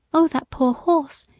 oh! that poor horse!